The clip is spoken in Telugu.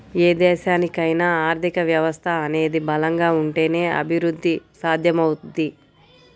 ఏ దేశానికైనా ఆర్థిక వ్యవస్థ అనేది బలంగా ఉంటేనే అభిరుద్ధి సాధ్యమవుద్ది